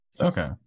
Okay